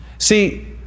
See